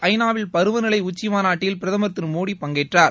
ஐ நாவில் பருவநிலை உச்சி மாநாட்டில் பிரதமர் திரு மோடி பங்கேற்றார்